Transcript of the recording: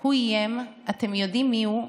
הוא איים, אתם יודעים מי הוא,